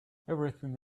everything